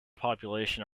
population